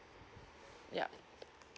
yup